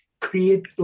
create